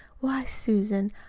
why, susan,